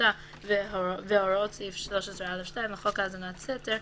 סודיותה והוראות סעיף 13(א)(2) לחוק האזנת סתר,